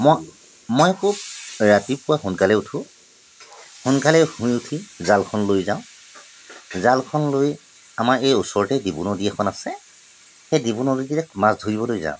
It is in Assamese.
মই মই আকৌ ৰাতিপুৱা সোনকালে উঠোঁ সোনকালে শুই উঠি জালখন লৈ যাওঁ জালখন লৈ আমাৰ এই ওচৰতে দিবু নদী এখন আছে সেই দিবু নদীতে মাছ ধৰিবলৈ যাওঁ